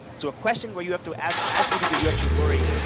so a questions where you have to as the as the interviewer, you have to worry,